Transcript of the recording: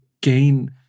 gain